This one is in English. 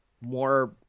more